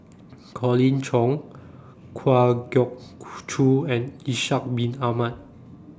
Colin Cheong Kwa Geok Choo and Ishak Bin Ahmad